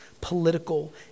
political